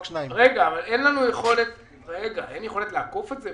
אין יכולת לעקוף את זה?